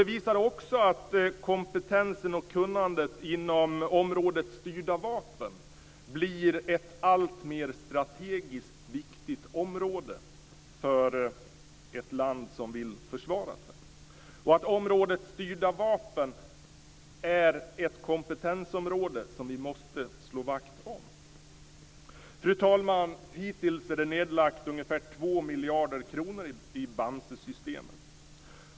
Det visar också att kompetensen och kunnandet inom området styrda vapen blir alltmer strategiskt viktigt för ett land som vill försvara sig och att området styrda vapen är ett kompetensområde som vi måste slå vakt om. Fru talman! Hittills är det nedlagt ungefär 2 miljarder kronor i Bamsesystemet.